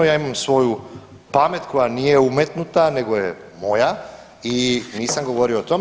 Ja imam svoju pamet koja nije umetnuta, nego je moja i nisam govorio o tome.